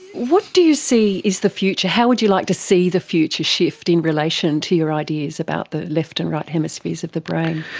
what do you see is the future? how would you like to see the future shift in relation to your ideas about the left and right hemispheres of the brain?